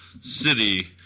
city